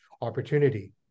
opportunity